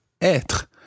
être